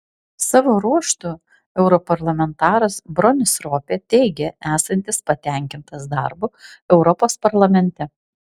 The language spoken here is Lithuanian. savo ruožtu europarlamentaras bronis ropė teigė esantis patenkintas darbu europos parlamente